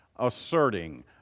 asserting